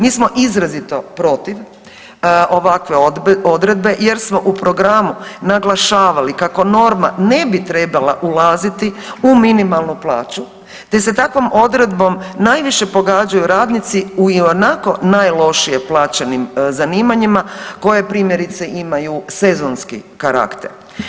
Mi smo izrazito protiv ovakve odredbe jer smo u programu naglašavali kako norma ne bi trebala ulaziti u minimalnu plaću te se takvom odredbom najviše pogađaju radnici u ionako najlošije plaćenim zanimanjima, koje primjerice, imaju sezonski karakter.